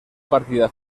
partida